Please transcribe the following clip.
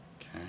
Okay